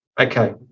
Okay